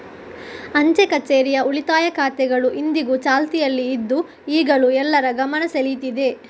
ಅಂಚೆ ಕಛೇರಿಯ ಉಳಿತಾಯ ಖಾತೆಗಳು ಇಂದಿಗೂ ಚಾಲ್ತಿಯಲ್ಲಿ ಇದ್ದು ಈಗಲೂ ಎಲ್ಲರ ಗಮನ ಸೆಳೀತಿದೆ